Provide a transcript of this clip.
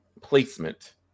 placement